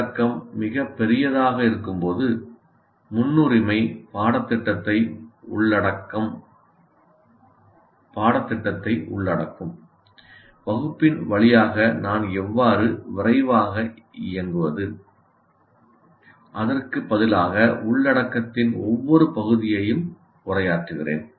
உள்ளடக்கம் மிகப் பெரியதாக இருக்கும்போது முன்னுரிமை பாடத்திட்டத்தை உள்ளடக்கும் வகுப்பின் வழியாக நான் எவ்வாறு விரைவாக இயங்குவது அதற்கு பதிலாக உள்ளடக்கத்தின் ஒவ்வொரு பகுதியையும் உரையாற்றுகிறேன்